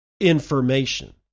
information